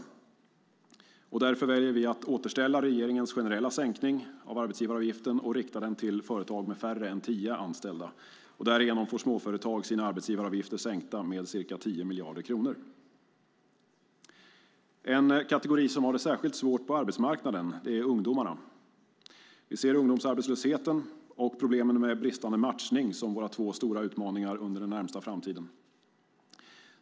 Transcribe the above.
Därför väljer vi att återställa regeringens generella sänkning av arbetsgivaravgiften och rikta den till företag med färre än tio anställda. Därigenom får småföretag sina arbetsgivaravgifter sänkta med ca 10 miljarder kronor. En kategori som har det särskilt svårt på arbetsmarknaden är ungdomar. Vi ser ungdomsarbetslösheten och problemen med bristande matchning som våra två stora utmaningar under den närmaste framtiden.